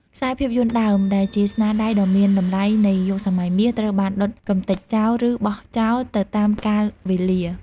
ខ្សែភាពយន្តដើម ដែលជាស្នាដៃដ៏មានតម្លៃនៃយុគសម័យមាស ត្រូវបានដុតកម្ទេចចោល ឬបោះចោលទៅតាមកាលវេលា។